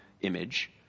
image